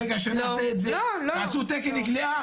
ברגע שנעשה את זה תעשו תקן כליאה